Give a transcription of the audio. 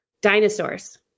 Dinosaurs